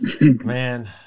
Man